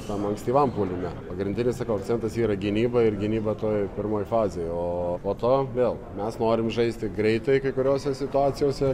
tam ankstyvam puolime pagrindinis sakau akcentas yra gynyba ir gynyba toj pirmoj fazėj o po to vėl mes norim žaisti greitai kai kuriose situacijose